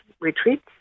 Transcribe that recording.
retreat